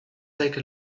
take